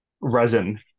resin